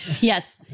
Yes